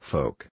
Folk